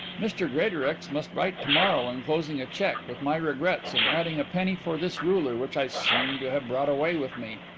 mr greatorex must write to-morrow, enclosing a cheque, with my regrets, and adding a penny for this ruler which i seem to have brought away with me.